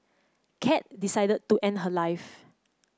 cat decided to end her life